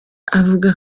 avuga